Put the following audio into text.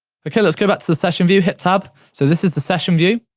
okay, let's go back to the session view, hit tab. so, this is the session view.